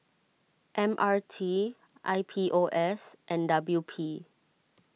M R T I P O S and W P